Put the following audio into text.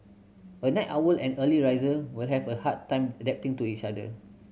a night owl and early riser will have a hard time adapting to each other